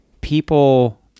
people